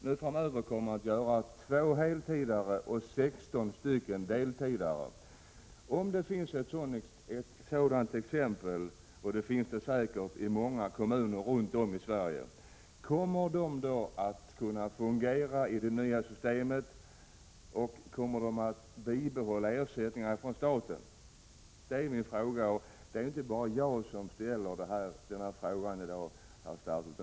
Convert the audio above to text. Nu framöver kommer man att ändra på detta så att man får två barn på heltid och 16 på deltid. Om det finns sådana exempel på daghem, och det finns det 25 säkert i många kommuner runt om i Sverige, kommer de då att kunna fungera inom det nya systemet, och kommer de att få behålla ersättningarna från staten? Det är inte bara jag som ställer denna fråga i dag.